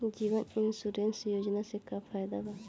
जीवन insurance योजना से का फायदा बा?